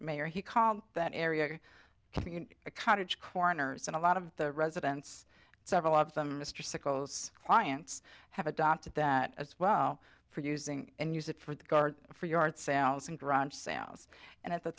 mayor he called that area community a cottage corners and a lot of the residents several of them mr sickles clients have adopted that as well for using and use it for the guard for yard sales and garage sales and at the